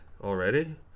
Already